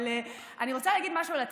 אבל אני רוצה להגיד משהו על התקציבי: